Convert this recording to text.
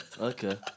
Okay